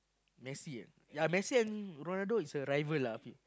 Messi ah ya Messi and Ronaldo is a rival lah a bit